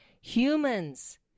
humans